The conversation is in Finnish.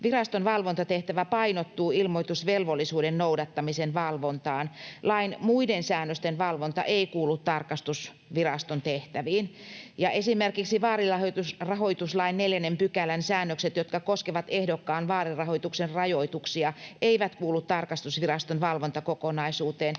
Viraston valvontatehtävä painottuu ilmoitusvelvollisuuden noudattamisen valvontaan. Lain muiden säännösten valvonta ei kuulu tarkastusviraston tehtäviin. Ja esimerkiksi vaalirahoituslain 4 §:n säännökset, jotka koskevat ehdokkaan vaalirahoituksen rajoituksia, eivät kuulu tarkastusviraston valvontakokonaisuuteen